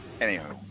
anyhow